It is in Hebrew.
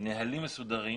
נהלים מסודרים,